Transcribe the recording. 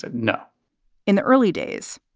ah no in the early days,